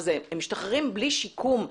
הם משתחררים בלי שיקום,